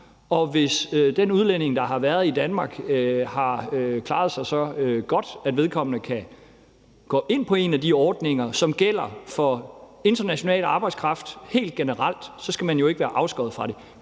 og hvis den udlænding, der har været i Danmark, har klaret sig så godt, at vedkommende kan gå ind på en af de ordninger, som gælder for international arbejdskraft helt generelt, så skal vedkommende jo ikke være afskåret fra det.